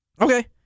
Okay